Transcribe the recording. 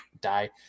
die